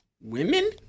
women